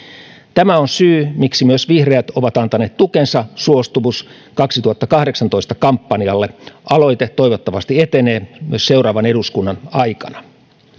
tämä on syy miksi myös vihreät ovat antaneet tukensa suostumus kaksituhattakahdeksantoista kampanjalle aloite toivottavasti etenee myös seuraavan eduskunnan aikana